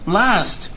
last